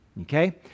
okay